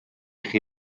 chi